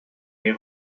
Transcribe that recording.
les